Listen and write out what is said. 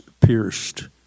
pierced